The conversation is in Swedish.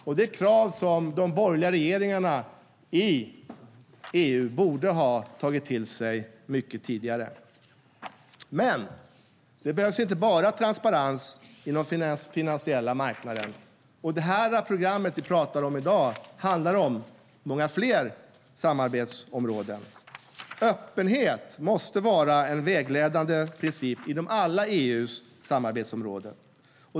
Det är krav som de borgerliga regeringarna i EU borde ha tagit till sig mycket tidigare. Men det behövs inte bara transparens inom den finansiella marknaden. Det program som vi pratar om i dag handlar om många fler samarbetsområden. Öppenhet måste vara en vägledande princip inom EU:s alla samarbetsområden.